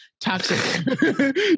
toxic